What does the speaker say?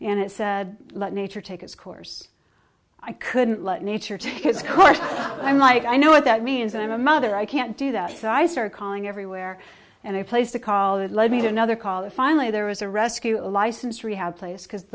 and it said let nature take its course i couldn't let nature take its course i'm like i know what that means i'm a mother i can't do that so i started calling everywhere and i placed a call that led me to another call that finally there was a rescue a licensed rehab place because